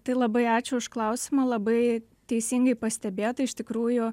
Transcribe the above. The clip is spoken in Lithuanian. tai labai ačiū už klausimą labai teisingai pastebėta iš tikrųjų